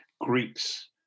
Greeks